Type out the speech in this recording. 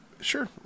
Sure